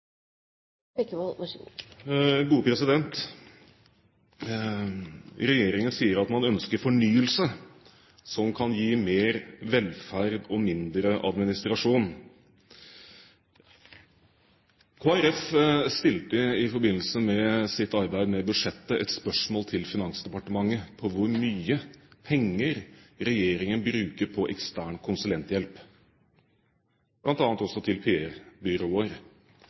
Regjeringen sier at man ønsker fornyelse som kan gi mer velferd og mindre administrasjon. Kristelig Folkeparti stilte i forbindelse med sitt arbeid med budsjettet et spørsmål til Finansdepartementet om hvor mye penger regjeringen bruker på ekstern konsulenthjelp, bl.a. også til